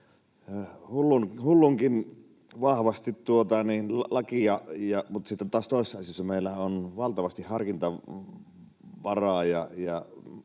hullunkin vahvasti lakia mutta sitten taas toisissa asioissa meillä on valtavasti harkinnan varaa